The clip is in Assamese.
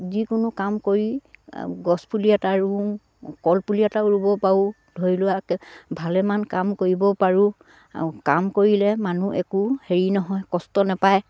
যিকোনো কাম কৰি গছপুলি এটা ৰুওঁ কলপুলি এটা ৰুব পাৰোঁ ধৰি লোৱাকে ভালেমান কাম কৰিব পাৰোঁ আ কাম কৰিলে মানুহ একো হেৰি নহয় কষ্ট নেপায়